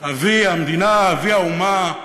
אבי המדינה, אבי האומה,